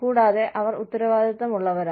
കൂടാതെ അവർ ഉത്തരവാദിത്തമുള്ളവരാണ്